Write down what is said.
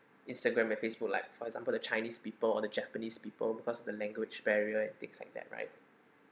Instagram and Facebook like for example the chinese people or the japanese people because the language barrier and things like that right